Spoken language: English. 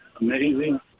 amazing